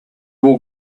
will